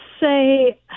say